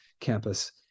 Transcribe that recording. campus